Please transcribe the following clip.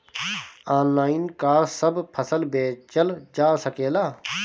Online का सब फसल बेचल जा सकेला?